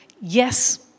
yes